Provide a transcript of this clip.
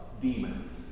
demons